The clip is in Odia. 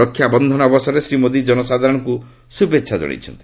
ରକ୍ଷାବନ୍ଧନ ଅବସରରେ ଶ୍ରୀ ମୋଦି ଜନସାଧାରଣଙ୍କୁ ଶୁଭେଚ୍ଛା ଜଣାଇଛନ୍ତି